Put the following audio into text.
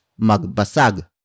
magbasag